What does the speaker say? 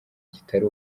kitari